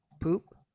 poop